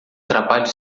trabalho